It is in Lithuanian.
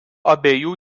abiejų